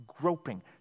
groping